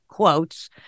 quotes